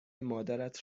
مادرت